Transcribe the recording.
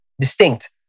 distinct